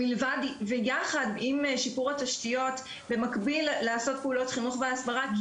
מלבד ויחד עם שיפור התשתיות ובמקביל לעשות פעולות חינוך והסברה,